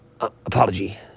apology